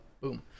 boom